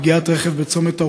מפגיעת רכב בצומת ערוער,